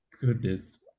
Goodness